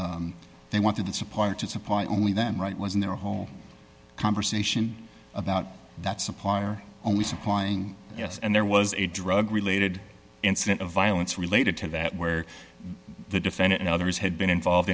they wanted the supplier to supply only them right was in their home conversation about that supplier only supplying yes and there was a drug related incident of violence related to that where the defendant and others had been involved